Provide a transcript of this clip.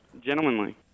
Gentlemanly